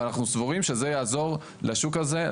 ואנחנו סבורים שזה יעזור לשוק הזה,